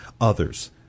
others